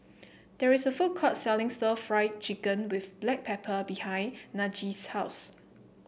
there is a food court selling Stir Fried Chicken with Black Pepper behind Najee's house